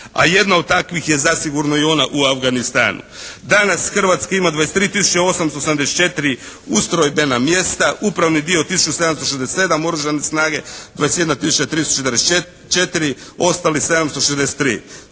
a jedna od takvih je zasigurno i ona u Afganistanu. Danas Hrvatska ima 23 tisuće 874 ustrojbena mjesta, upravni dio tisuću 767, oružane snage 21 tisuća 344, ostali 763.